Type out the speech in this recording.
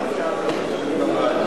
יש 14 15 שרים בוועדה,